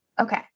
Okay